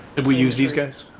that we use these guys?